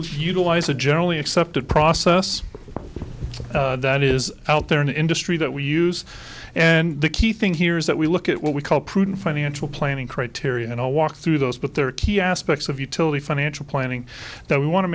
lose utilize a generally accepted process that is out there in the industry that we use and the key thing here is that we look at what we call prudent financial planning criteria and i'll walk through those but there are key aspects of utility financial planning that we want to